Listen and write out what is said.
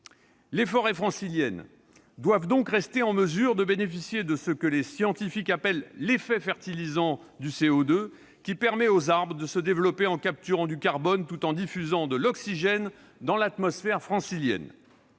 Les forêts franciliennes doivent donc rester en mesure de bénéficier de ce que les scientifiques appellent l'effet fertilisant du CO2, qui permet aux arbres de se développer en capturant du carbone tout en diffusant de l'oxygène dans l'atmosphère francilienne.